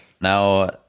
Now